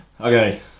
Okay